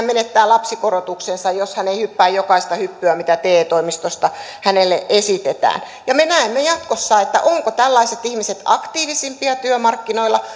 menettää lapsikorotuksensa jos hän ei hyppää jokaista hyppyä mitä te toimistosta hänelle esitetään me näemme jatkossa ovatko tällaiset ihmiset aktiivisempia työmarkkinoilla